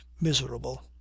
miserable